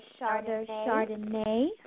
Chardonnay